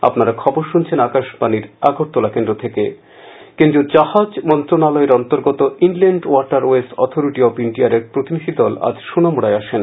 গোমতী জলমান কেন্দ্রীয় জাহাজ মন্ত্রণালয়ের অন্তর্গত inland waterways authority of ইন্ডিয়ার এক প্রতিনিধিদল আজ সোনামুড়ায় আসেন